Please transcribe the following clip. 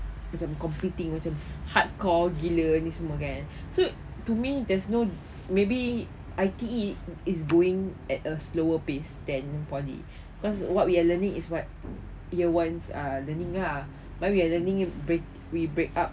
macam competing macam hardcore gila ni semua kan so to me there's no maybe I_T_E is going at a slower pace than poly because what we are learning is what year ones are learning ah but we are learning it break we break up